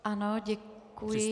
Ano, děkuji.